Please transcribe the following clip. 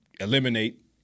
eliminate